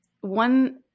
one